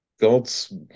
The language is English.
God's